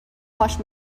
plush